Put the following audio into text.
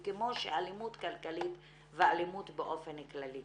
וכמו שהאלימות הכלכלית ואלימות באופן כללי.